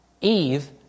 Eve